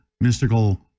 mystical